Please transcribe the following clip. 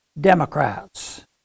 Democrats